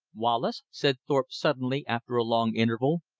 wallace, said thorpe suddenly after a long interval,